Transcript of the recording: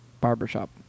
Barbershop